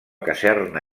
caserna